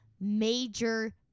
major